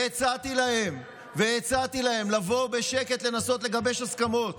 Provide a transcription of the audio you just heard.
והצעתי להם לבוא בשקט לנסות לגבש הסכמות